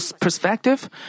perspective